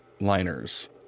liners